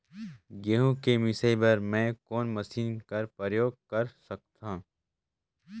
गहूं के मिसाई बर मै कोन मशीन कर प्रयोग कर सकधव?